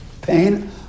pain